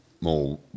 More